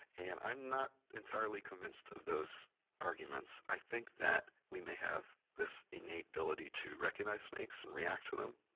and i'm not entirely convinced of those arguments. i think that we may have this innate ability to recognize snakes and react to them,